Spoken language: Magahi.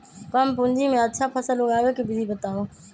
कम पूंजी में अच्छा फसल उगाबे के विधि बताउ?